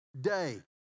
day